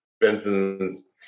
Benson's